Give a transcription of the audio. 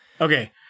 Okay